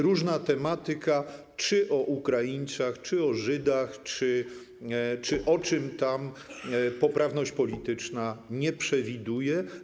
Różna tematyka: czy o Ukraińcach, czy o Żydach, czy o czym tam, czego poprawność polityczna nie przewiduje.